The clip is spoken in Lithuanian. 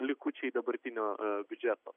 likučiai dabartinio biudžeto